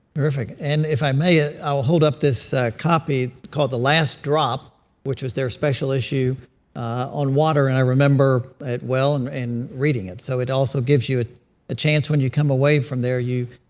perfect. and if i may, ah i'll hold up this copy called the last drop which was their special issue on water. and i remember it well and reading it. so it also gives you ah a chance when you come away from there you,